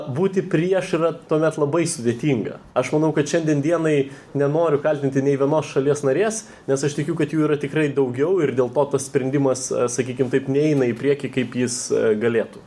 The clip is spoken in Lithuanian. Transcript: būti prieš yra tuomet labai sudėtinga aš manau kad šiandien dienai nenoriu kaltinti nei vienos šalies narės nes aš tikiu kad jų yra tikrai daugiau ir dėl to tas sprendimas sakykim taip neina į priekį kaip jis galėtų